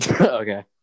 okay